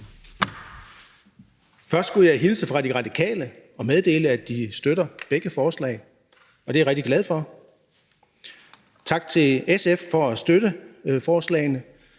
Først skulle jeg hilse fra De Radikale og meddele, at de støtter begge forslag, og det er jeg rigtig glad for. Tak til SF for at støtte forslagene.